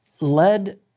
led